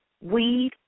Weed